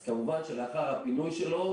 אז כמובן שלאחר הפינוי שלו,